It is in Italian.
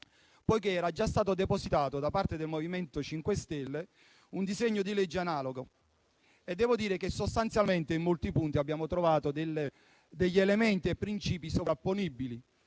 poiché ne era già stato depositato da parte del MoVimento 5 Stelle uno analogo. Devo dire che sostanzialmente in molti punti abbiamo trovato elementi e principi sovrapponibili,